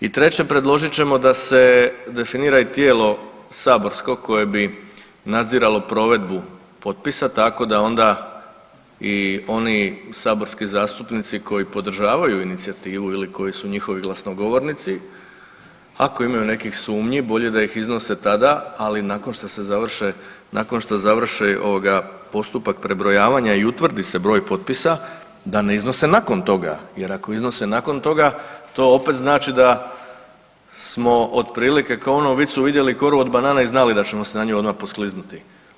I treće, predložit ćemo da se definira i tijelo saborsko koje bi nadziralo provedbu potpisa tako da onda i oni saborski zastupnici koji podržavaju inicijativu ili koji su njihovi glasnogovornici, ako imaju nekih sumnji, bolje da ih iznose tada, ali nakon što završi postupak prebrojavanja i utvrdi se broj potpisa, da ne iznose nakon toga jer ako iznose nakon toga, to opet znači da smo otprilike kao u onom vicu vidjeli koru od banane i znali da ćemo se na nju odmah poskliznuti.